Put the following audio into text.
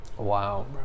Wow